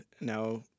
now